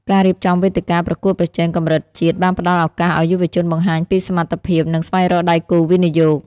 ការរៀបចំវេទិកាប្រកួតប្រជែងកម្រិតជាតិបានផ្ដល់ឱកាសឱ្យយុវជនបង្ហាញពីសមត្ថភាព និងស្វែងរកដៃគូវិនិយោគ។